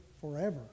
forever